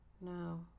no